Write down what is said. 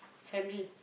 family